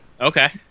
Okay